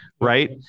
Right